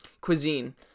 cuisine